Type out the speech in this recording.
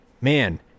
Man